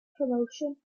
promotion